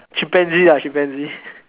chimpanzee ah chimpanzee